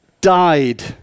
died